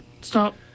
Stop